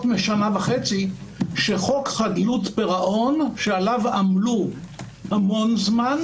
משנה וחצי שחוק חדלות פירעון שעליו עמלו המון זמן